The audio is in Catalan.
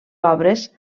obres